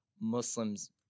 Muslims